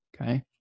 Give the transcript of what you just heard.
okay